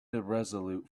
irresolute